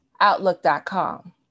outlook.com